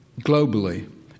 globally